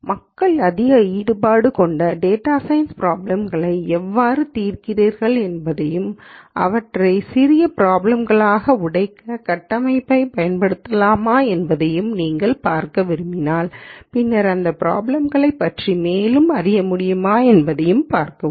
எனவே மக்கள் அதிக ஈடுபாடு கொண்ட டேட்டா சயின்ஸ் ப்ராப்ளம் களை எவ்வாறு தீர்க்கிறார்கள் என்பதையும் அவற்றை சிறிய ப்ராப்ளம் களாக உடைக்க கட்டமைப்பைப் பயன்படுத்தலாமா என்பதையும் நீங்கள் பார்க்க விரும்பலாம் பின்னர் இந்த ப்ராப்ளம் களைப் பற்றி மேலும் அறிய முடியுமா என்பதைப் பார்க்கவும்